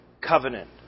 Covenant